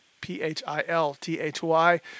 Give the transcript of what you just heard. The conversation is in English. p-h-i-l-t-h-y